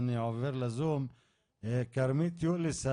אני עובר לזום לכרמית יוליס,